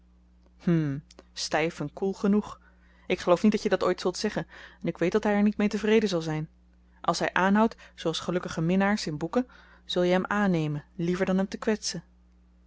hm stijf en koel genoeg ik geloof niet dat je dat ooit zult zeggen en ik weet dat hij er niet mee tevreden zal zijn als hij aanhoudt zooals gelukkige minnaars in boeken zul je hem aannemen liever dan hem te kwetsen